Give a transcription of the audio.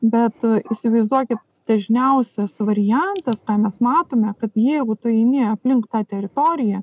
bet įsivaizduoki dažniausias variantas ką mes matome kad jeigu tu eini aplink tą teritoriją